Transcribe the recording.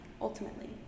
ultimately